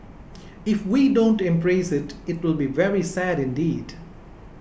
if we don't embrace it it'll be very sad indeed